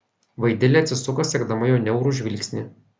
vaidilė atsisuko sekdama jo niaurų žvilgsnį